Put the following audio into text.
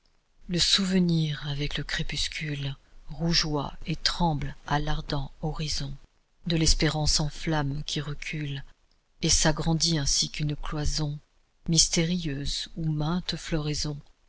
le souvenir avec le crépuscule rougeoie et tremble à l'ardent horizon de l'espérance en flamme qui recule et s'agrandit ainsi qu'une cloison mystérieuse où mainte floraison